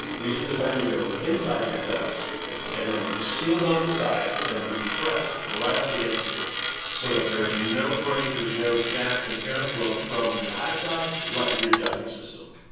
these are designed to go inside your ducts and then be sealed on the side and be pressed right up against here so that there's no break, there's no gap in airflow from your high side right into your ducting system.